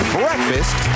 breakfast